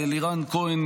לאלירן כהן,